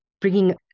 bringing